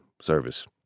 service